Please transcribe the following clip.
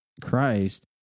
Christ